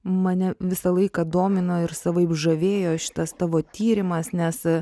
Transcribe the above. mane visą laiką domino ir savaip žavėjo šitas tavo tyrimas nes